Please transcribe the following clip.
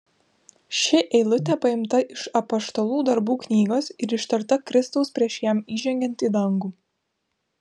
ši eilutė paimta iš apaštalų darbų knygos ir ištarta kristaus prieš jam įžengiant į dangų